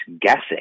guessing